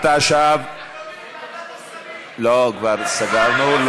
התשע"ו, ועדת, אדוני, לוועדת, לא, כבר סגרנו.